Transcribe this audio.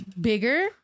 bigger